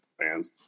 fans